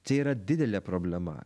čia yra didelė problema